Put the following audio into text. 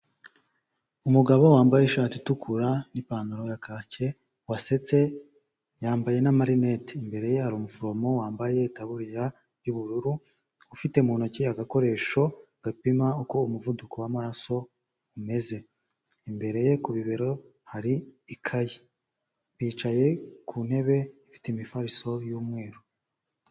Umugabo wambaye ishati itukura n'ipantaro ya kacye, wasetse, yambaye n'amarinete. Imbere ye hari umuforomo wambaye itaburiya y'ubururu, ufite mu ntoki agakoresho gapima uko umuvuduko w'amaraso umeze. Imbere ye ku bibero hari ikayi. Bicaye ku ntebe ifite imifariso y'umweru.